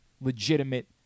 legitimate